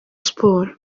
sports